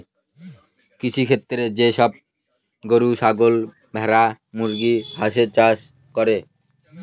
কৃষিক্ষেত্রে যে সব গরু, ছাগল, ভেড়া, মুরগি, হাঁসের চাষ করে